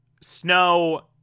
Snow